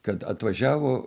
kad atvažiavo